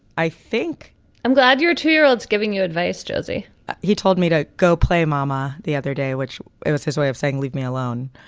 i think i'm glad your two year olds giving you advice, jose he told me to go play mama the other day, which was his way of saying, leave me alone.